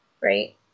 right